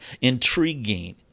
intriguing